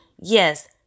Yes